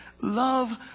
love